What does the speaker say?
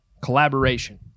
Collaboration